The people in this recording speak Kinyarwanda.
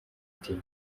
ati